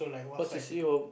what J_C your